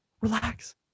relax